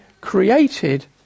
created